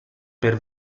per